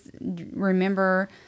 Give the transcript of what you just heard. remember